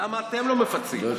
למה אתם לא מפצים?